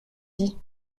dit